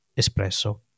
espresso